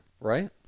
Right